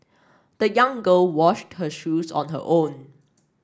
the young girl washed her shoes on her own